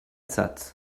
satz